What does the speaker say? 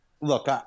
Look